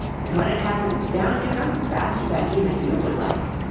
and when it happens down you come faster than even you would like.